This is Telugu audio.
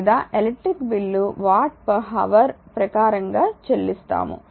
లేదా ఎలక్ట్రిక్ బిల్లు వాట్ హావర్ ప్రకారంగా చెల్లిస్తాము